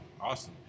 Awesome